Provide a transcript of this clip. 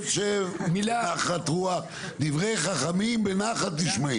בנחת רוח, דברי חכמים בנחת נשמעים.